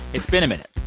it's been a minute.